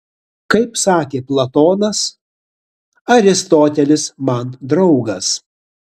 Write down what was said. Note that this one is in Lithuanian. kaip sakė platonas aristotelis man draugas